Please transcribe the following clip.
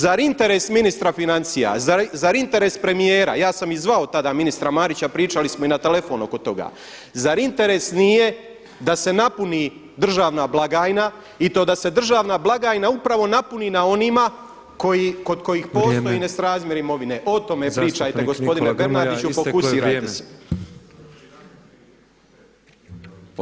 Zar interes ministra financija, zar interes premijera, ja sam i zvao tada ministra Marića pričali smo i na telefon oko toga, zar interes nije da se napuni državna blagajna i to da se državna blagajna upravo napuni na onima kod kojih ne postoji nesrazmjer imovine [[Upadica Petrov: Vrijeme, zastupnik Nikola Grmoja isteklo je vrijeme.]] o tome pričate gospodine Bernardiću fokusirajte se.